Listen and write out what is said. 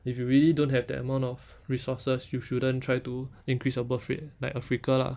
if you really don't have that amount of resources you shouldn't try to increase the birth rate like africa lah